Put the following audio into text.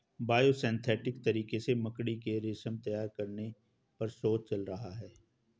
biosynthetic तरीके से मकड़ी के रेशम तैयार करने पर शोध चल रहा है